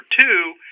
two